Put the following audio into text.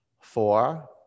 Four